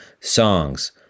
songs